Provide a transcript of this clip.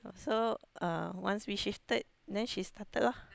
so uh once we shifted then she started lah